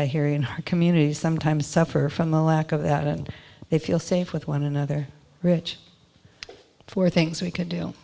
that here in her community sometimes suffer from a lack of that and they feel safe with one another rich for things we could do